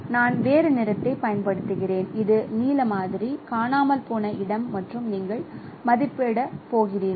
நான் வேறு நிறத்தைப் பயன்படுத்துகிறேன் இது நீல மாதிரி காணாமல் போன இடம் மற்றும் நீங்கள் மதிப்பிடப் போகிறீர்கள்